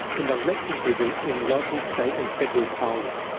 and electing people in local state and federal parliament.